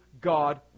God